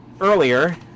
earlier